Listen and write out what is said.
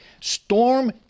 storm